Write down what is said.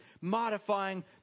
modifying